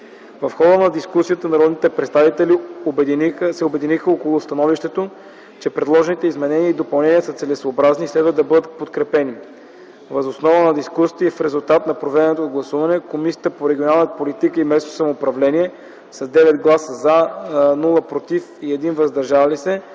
В хода на дискусията народните представители се обединиха около становището, че предложените изменения и допълнения са целесъобразни и следва да бъдат подкрепени. Въз основа на дискусията и в резултат на проведеното гласуване Комисията по регионална политика и местно самоуправление с 9 гласа „за”, 0 гласа „против” и 1 „въздържал се”